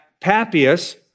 Papias